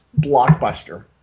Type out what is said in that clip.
blockbuster